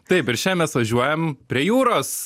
taip ir šiandien mes važiuojam prie jūros